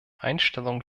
einstellung